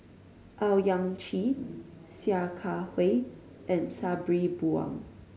Owyang Chi Sia Kah Hui and Sabri Buang